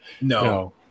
no